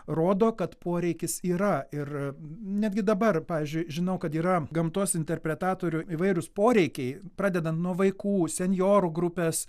rodo kad poreikis yra ir netgi dabar pavyzdžiui žinau kad yra gamtos interpretatorių įvairūs poreikiai pradedant nuo vaikų senjorų grupes